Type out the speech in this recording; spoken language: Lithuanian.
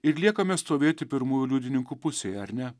ir liekame stovėti pirmųjų liudininkų pusėje ar ne